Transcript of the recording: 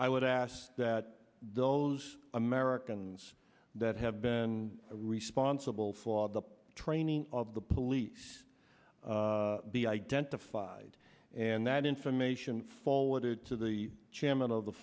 i would ask that those americans that have been responsible flawed the training of the police be identified and that information forwarded to the chairman of the